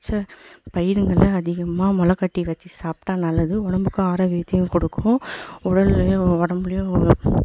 பச்சை பயிருங்களை அதிகமாக மொளை கட்டி வச்சு சாப்ட்டா நல்லது உடம்புக்கு ஆரோக்கியத்தையும் கொடுக்கும் உடலையும் உடம்புலையும் உள்ள